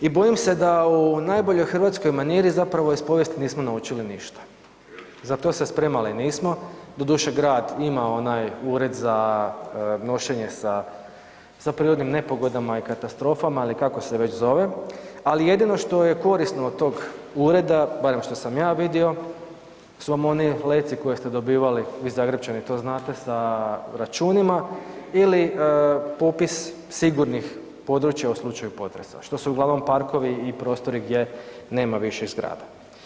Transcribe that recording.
I bojim se da u najboljoj hrvatskoj maniri zapravo iz povijesti nismo naučili ništa, za to se spremali nismo, doduše grad ima onaj ured za nošenje sa prirodnim nepogodama i katastrofama, ali kako se već zove, ali jedino što je korisno od tog ureda, barem što sam ja vidio, su vam oni letci koje ste dobivali vi Zagrepčani to znate sa računima ili popis sigurnih područja u slučaju potresa što su uglavnom parkovi i prostori gdje nema viših zgrada.